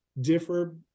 differ